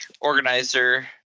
organizer